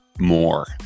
more